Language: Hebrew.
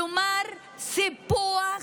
כלומר סיפוח.